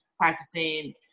practicing